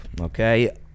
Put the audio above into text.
okay